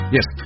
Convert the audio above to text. Yes